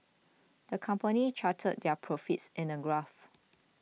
the company charted their profits in a graph